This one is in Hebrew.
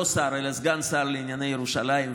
ולא לשר אלא לסגן שר לענייני ירושלים,